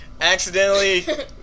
accidentally